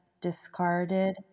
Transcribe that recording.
discarded